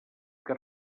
que